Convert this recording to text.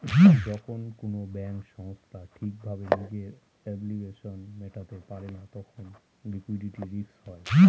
যখন কোনো ব্যাঙ্ক সংস্থা ঠিক ভাবে নিজের অব্লিগেশনস মেটাতে পারে না তখন লিকুইডিটি রিস্ক হয়